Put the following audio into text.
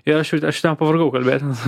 ir aš jau aš ten pavargau kalbėti nes